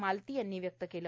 मालती यांनी व्यक्त केलं